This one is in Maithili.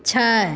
छै